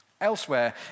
Elsewhere